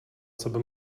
sebe